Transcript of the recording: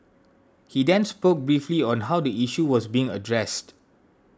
he then spoke briefly on how the issue was being addressed